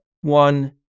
one